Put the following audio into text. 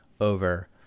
over